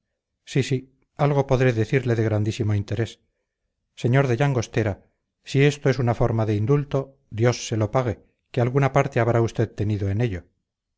sí sí algo podré decirle de grandísimo interés sr de llangostera si esto es una forma de indulto dios se lo pague que alguna parte habrá usted tenido en ello